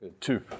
two